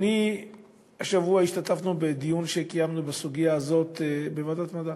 השבוע השתתפנו בדיון בסוגיה הזאת בוועדת המדע.